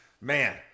man